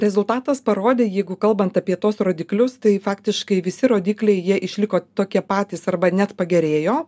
rezultatas parodė jeigu kalbant apie tuos rodiklius tai faktiškai visi rodikliai jie išliko tokie patys arba net pagerėjo